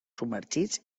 submergits